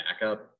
backup